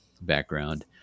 background